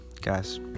guys